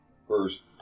First